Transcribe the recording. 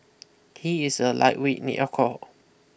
he is a lightweight in alcohol